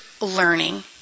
learning